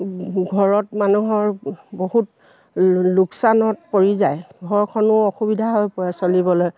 ঘৰত মানুহৰ বহুত লোকচানত পৰি যায় ঘৰখনো অসুবিধা হৈ পৰে চলিবলৈ